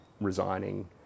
resigning